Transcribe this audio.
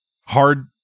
hard